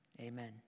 Amen